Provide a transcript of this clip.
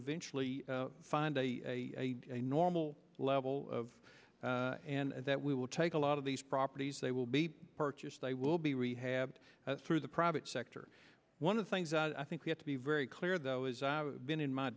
eventually find a normal level of and that we will take a lot of these properties they will be purchased they will be rehabbed through the private sector one of the things i think we have to be very clear though is i've been in my